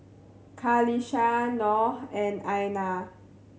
Qalisha Noh and Aina